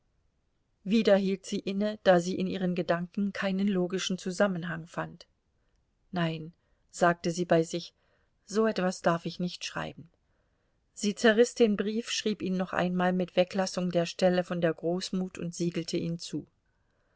wieder hielt sie inne da sie in ihren gedanken keinen logischen zusammenhang fand nein sagte sie bei sich so etwas darf ich nicht schreiben sie zerriß den brief schrieb ihn noch einmal mit weglassung der stelle von der großmut und siegelte ihn zu